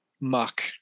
Muck